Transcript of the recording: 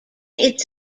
its